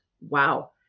Wow